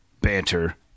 banter